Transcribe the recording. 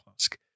ask